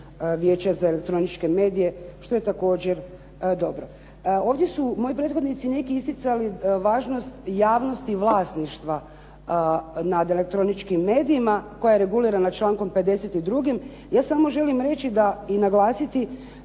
Vijeća za elektroničke medije što je također dobro. Ovdje su moji prethodnici neki isticali važnost javnosti vlasništva nad elektroničkim medijima koja je regulirana člankom 52. Ja samo želim reći i naglasiti